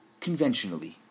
conventionally